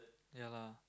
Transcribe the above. ya lah